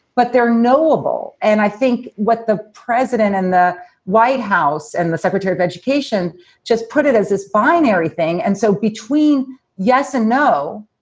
but they're noble. and i think what the president and the white house and the secretary of education just put it as this binary thing. and so between yes and no,